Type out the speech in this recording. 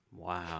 Wow